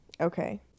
Okay